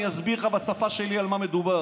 אני אסביר לך בשפה שלי על מה מדובר: